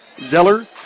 Zeller